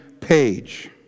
page